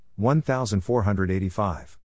1485